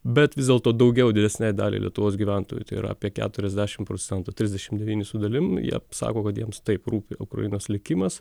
bet vis dėlto daugiau didesnei daliai lietuvos gyventojų tai yra apie keturiasdešimt procentų trisdešimt devyni sudalim jie sako kad jiems taip rūpi ukrainos likimas